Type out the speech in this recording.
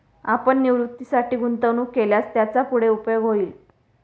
आपण निवृत्तीसाठी गुंतवणूक केल्यास त्याचा पुढे उपयोग होईल